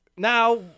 Now